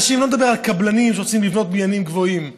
אני לא מדבר על קבלנים שרוצים לבנות בניינים גבוהים,